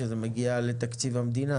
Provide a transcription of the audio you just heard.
כשזה מגיע לתקציב המדינה,